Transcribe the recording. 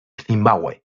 zimbabue